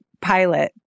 pilot